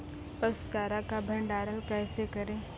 पसु चारा का भंडारण कैसे करें?